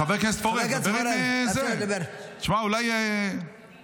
חבר הכנסת פורר, דבר עם זה, תשמע, אולי --- רגע,